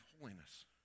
holiness